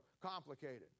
complicated